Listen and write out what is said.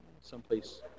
someplace